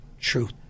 truth